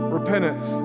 repentance